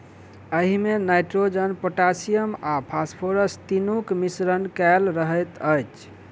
एहिमे nitrogen, potassium आ phosphorus तीनूक मिश्रण कएल रहैत अछि